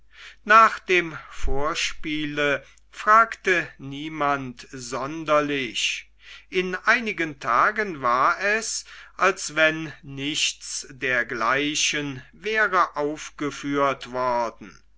nach dem vorspiele fragte niemand sonderlich in einigen tagen war es als wenn nichts dergleichen wäre aufgeführt worden